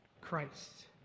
Christ